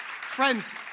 Friends